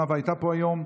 נאוה הייתה פה היום,